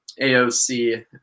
AOC